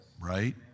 right